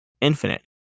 infinite